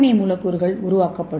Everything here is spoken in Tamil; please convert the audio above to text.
ஏ மூலக்கூறுகள் உருவாக்கப்படும்